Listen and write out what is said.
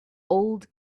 old